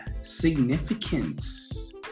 significance